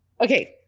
okay